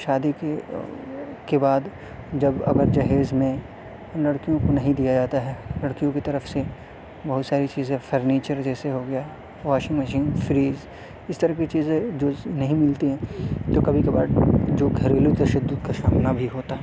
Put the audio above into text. شادی کی کے بعد جب اگر جہیز میں لڑکیوں کو نہیں دیا جاتا ہے لڑکیوں کی طرف سے بہت ساری چیزیں فرنیچر جیسے ہو گیا واشنگ مشین فریج اس طرح کی چیزیں جو نہیں ملتی ہیں جو کبھی کبھار جو گھریلو تشدد کا سامنا بھی ہوتا ہے